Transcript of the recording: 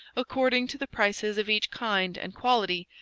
according to the prices of each kind and quality,